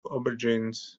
aubergines